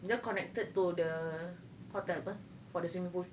the connected to the hotel apa the for the swimming pool